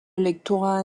lectorat